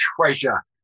treasure